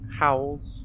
howls